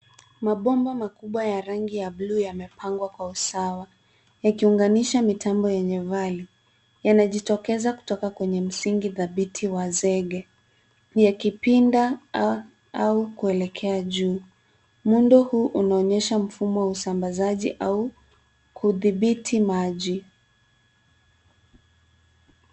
Mabomba makubwa ya rangi ya bluu yamepangwa kwa usawa, ikiunganisha mitambo yenye vali. Yanajitokeza kutoka kwenye msingi dhabiti wa zege yakipinda au kuelekea juu. Muundo huu unaonyesha mfumo wa usambazaji au kudhibiti maji.